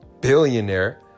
billionaire